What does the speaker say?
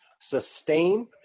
sustain